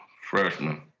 freshman